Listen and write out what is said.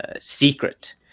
secret